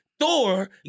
Thor